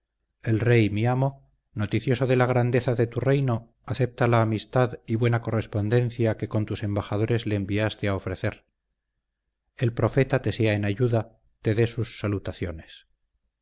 el rey mi amo noticioso de la grandeza de tu reino acepta la amistad y buena correspondencia que con tus embajadores le enviaste a ofrecer el profeta te sea en ayuda te dé sus salutaciones